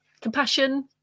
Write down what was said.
compassion